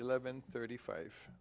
eleven thirty five